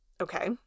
Okay